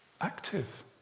active